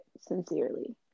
sincerely